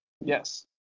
Yes